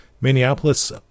Minneapolis